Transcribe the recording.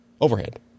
overhead